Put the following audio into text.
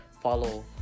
follow